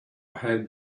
had